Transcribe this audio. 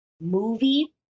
movie